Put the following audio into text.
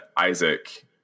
Isaac